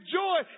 joy